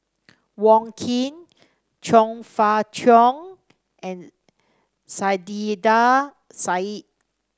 Wong Keen Chong Fah Cheong and Saiedah Said